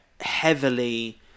heavily